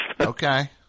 Okay